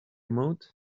mode